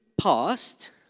past